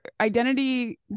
identity